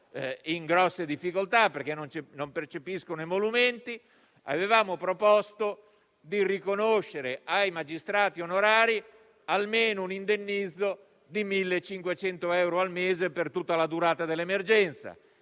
in grosse difficoltà, perché non percepiscono emolumenti. Avevamo proposto di riconoscere loro almeno un indennizzo di 1.500 euro al mese per tutta la durata dell'emergenza.